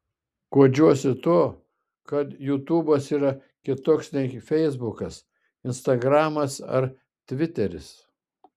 guodžiuosi tuo kad jutubas yra kitoks nei feisbukas instagramas ar tviteris